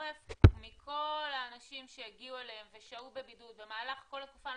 מכל האנשים שהגיעו אליהם ושהו בבידוד במהלך כל התקופה אני